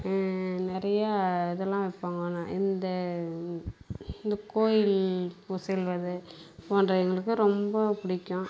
நிறையா இதெல்லாம் வைப்பாங்க ஆனா இந்த இந்தக் கோயிலுக்குச் செல்வது போன்றவை எங்களுக்கு ரொம்ப பிடிக்கும்